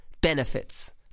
benefits